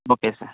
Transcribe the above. okay sir